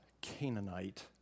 Canaanite